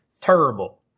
Terrible